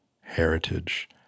heritage